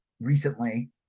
recently